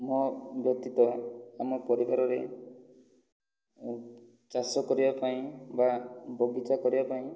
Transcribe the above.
ମୋ ବ୍ୟତୀତ ଆମ ପରିବାରରେ ଚାଷ କରିବା ପାଇଁ ବା ବଗିଚା କରିବା ପାଇଁ